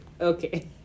Okay